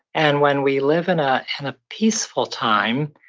and when we live in a and ah peaceful time,